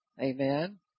Amen